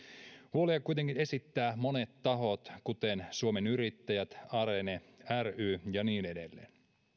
huolia kuitenkin esittävät monet tahot kuten suomen yrittäjät arene ry ja niin edelleen